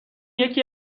یکی